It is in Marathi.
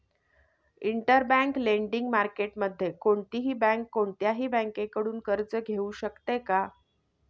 इंटरबँक लेंडिंग मार्केटमध्ये कोणतीही बँक कोणत्याही बँकेकडून कर्ज घेऊ शकते का?